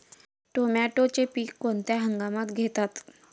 टोमॅटोचे पीक कोणत्या हंगामात घेतात?